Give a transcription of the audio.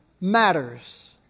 matters